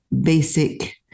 basic